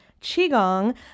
qigong